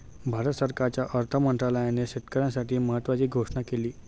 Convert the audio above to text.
भारत सरकारच्या अर्थ मंत्रालयाने शेतकऱ्यांसाठी महत्त्वाची घोषणा केली